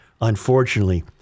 unfortunately